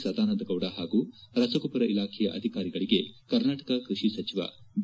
ಸದಾನಂದಗೌಡ ಹಾಗೂ ರಸಗೊಬ್ಬರ ಇಲಾಖೆಯ ಅಧಿಕಾರಿಗಳಿಗೆ ಕರ್ನಾಟಕ ಕೃಷಿ ಸಚಿವ ಬಿ